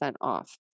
off